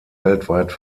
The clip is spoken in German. weltweit